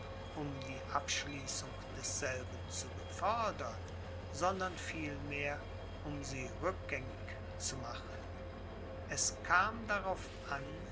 um die abschließung desselben zu befördern sondern vielmehr um sie rückgängig zu machen es kam darauf an